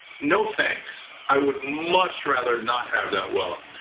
no thanks. i would much rather not have that wealth.